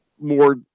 more